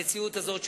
המציאות הזאת,